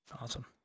Awesome